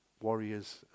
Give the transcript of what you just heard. warriors